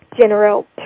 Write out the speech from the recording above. general